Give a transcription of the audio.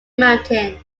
mountain